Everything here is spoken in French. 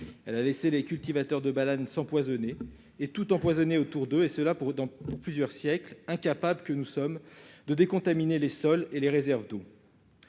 Elle a laissé les cultivateurs de bananes s'empoisonner et tout empoisonner autour d'eux, et ce pour plusieurs siècles, car nous sommes incapables de décontaminer les sols et les réserves d'eau.